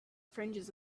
fringes